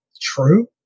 True